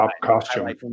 costume